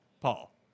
paul